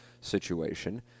situation